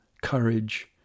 courage